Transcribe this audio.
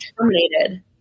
terminated